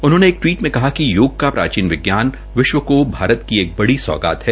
उन्होंने एक टवीट में कहा कि योग का प्राचीन विज्ञान विश्व को भारत की एक बड़ी सौगात है